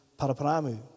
Paraparamu